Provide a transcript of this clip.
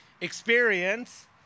experience